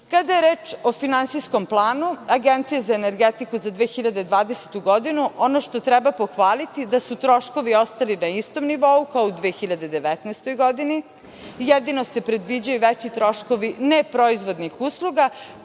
je reč o Finansijskom planu Agencije za energetiku za 2020. godinu, ono što treba pohvaliti da su troškovi ostali na istom nivou kao u 2019. godini. Jedino se predviđaju veći troškovi neproizvodnih usluga